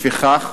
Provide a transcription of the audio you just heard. לפיכך